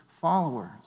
followers